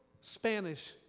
Spanish